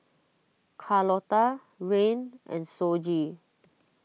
Carlotta Rayne and Shoji